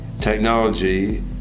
Technology